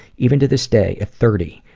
even to this day, at thirty,